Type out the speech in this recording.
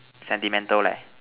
sentimental leh